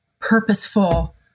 purposeful